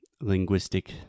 linguistic